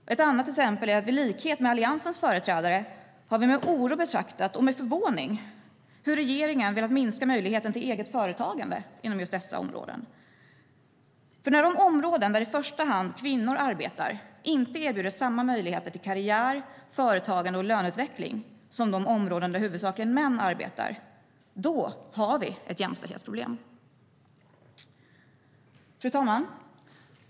Fru talman!